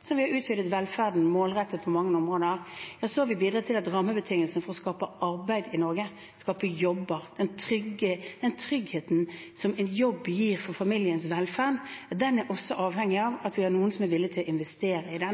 som vi har utvidet velferden målrettet på mange områder. Vi har bidratt til rammebetingelsene for å skape arbeid i Norge, skape jobber. Tryggheten som en jobb gir for familiens velferd, er også avhengig av at det er noen som er villig til investere.